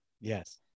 Yes